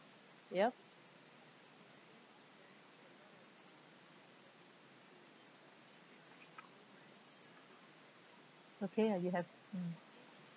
yup okay ya you have mm